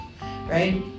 right